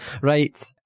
Right